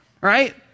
Right